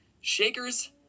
Shakers